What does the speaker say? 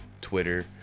Twitter